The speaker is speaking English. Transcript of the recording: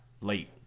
late